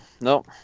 nope